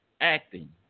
acting